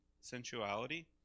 sensuality